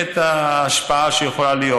וההשפעה שיכולה להיות.